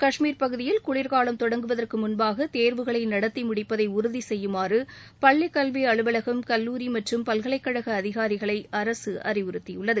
கஷ்மீர் பகுதியில் குளிர் காலம் தொடங்குவதற்கு முன்பாக தேர்வுகளை நடத்தி முடிப்பதை உறுதி செய்யுமாறு பள்ளிக் கல்வி அலுவலகம் கல்லூரி மற்றும் பல்கலைக்கழக அதிகாரிகளை அரசு அறிவுறுத்தியுள்ளது